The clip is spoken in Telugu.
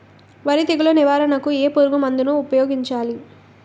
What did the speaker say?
వరి తెగుల నివారణకు ఏ పురుగు మందు ను ఊపాయోగించలి?